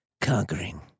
conquering